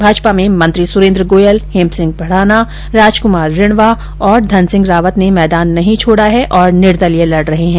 भाजपा में मंत्री सुरेन्द्र गोयल हेमसिंह भडाना राजकुमार रिणवा और धनसिंह रावत ने मैदान नहीं छोडा है और निर्दलीय लड रहे है